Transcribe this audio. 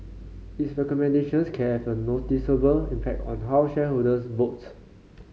its recommendations can have a noticeable impact on how shareholders votes